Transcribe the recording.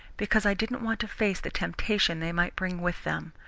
because i didn't want to face the temptation they might bring with them.